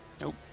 Nope